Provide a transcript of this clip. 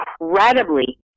incredibly